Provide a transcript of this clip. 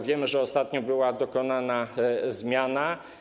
Wiemy, że ostatnio była dokonana zmiana.